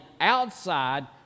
outside